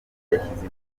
yashyize